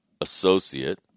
associate